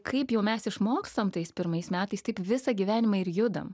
kaip jau mes išmokstam tais pirmais metais taip visą gyvenimą ir judam